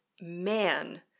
man